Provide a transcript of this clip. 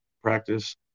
practice